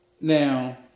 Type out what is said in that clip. Now